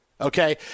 Okay